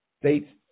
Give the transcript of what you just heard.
states